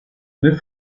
nel